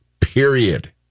Period